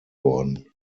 worden